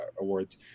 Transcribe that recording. awards